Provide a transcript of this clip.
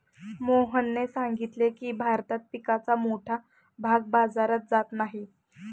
मोहनने सांगितले की, भारतात पिकाचा मोठा भाग बाजारात जात नाही